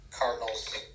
Cardinals